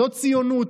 לא ציונות,